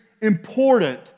important